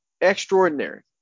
extraordinary